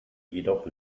jedoch